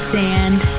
sand